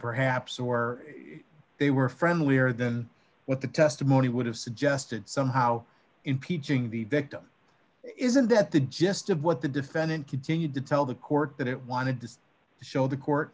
perhaps or they were friendlier than what the testimony would have suggested somehow impeaching the victim isn't that the gist of what the defendant continued to tell the court that it wanted to show the court